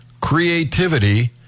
creativity